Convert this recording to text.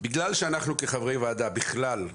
בצורה כזאת או אחרת, נקבעה הגדרה של 1.4. לא.